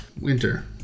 Winter